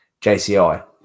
JCI